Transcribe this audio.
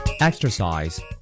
Exercise